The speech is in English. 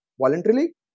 voluntarily